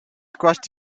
squashed